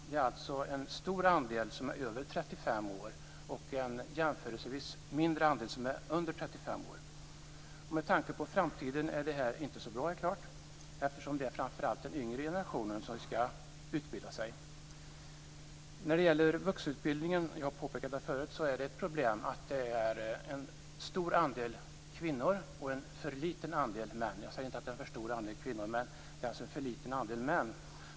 Det är en stor andel som är över 35 år och en jämförelsevis mindre andel som är under 35 år. Med tanke på framtiden är det inte så bra, eftersom det är framför allt den yngre generationen som skall utbilda sig. Inom vuxenutbildningen är problemet att det är en stor andel kvinnor och en för liten andel män. Jag säger inte att det är en för stor andel kvinnor, men det är en för liten andel män.